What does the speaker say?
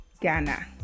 Ghana